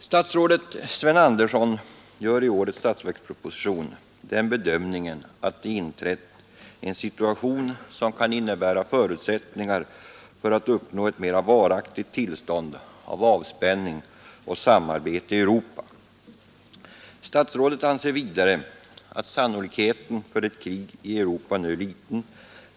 Statsrådet Sven Andersson gör i årets statsverksproposition den bedömningen att det inträtt en situation som kan innebära förutsättningar för att uppnå ett mera varaktigt tillstånd av avspänning och samarbete i Europa. Statsrådet anser vidare att sannolikheten för ett krig i Europa nu är liten.